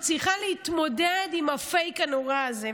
היא צריכה להתמודד עם הפייק הנורא הזה.